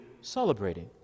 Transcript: celebrating